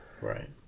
Right